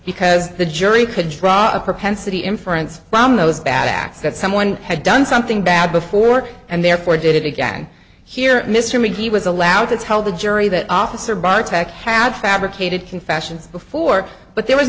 because the jury could draw a propensity inference from those bad acts that someone had done something bad before and therefore did it again here mr mcgee was allowed to tell the jury that officer bartek had fabricated confessions before but there was